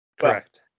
Correct